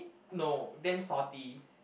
no damn salty